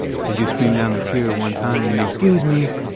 so, you scream down the tier one time, you know, excuse me!